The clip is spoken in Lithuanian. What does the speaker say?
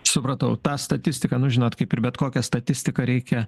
supratau tą statistiką nu žinot kaip ir bet kokią statistiką reikia